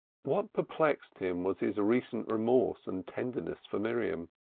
what perplexed him was his recent remorse and tenderness for miriam.